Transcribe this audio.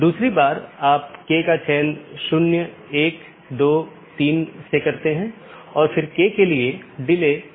तो मुख्य रूप से ऑटॉनमस सिस्टम मल्टी होम हैं या पारगमन स्टब उन परिदृश्यों का एक विशेष मामला है